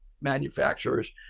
manufacturers